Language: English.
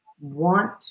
want